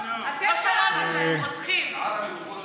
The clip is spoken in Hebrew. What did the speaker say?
חברת הכנסת שטרית,